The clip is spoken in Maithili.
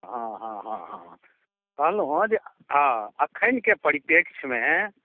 हँ हँ हँ हँ कहलहुँ हँ एखनिके परिप्रेक्ष्यमे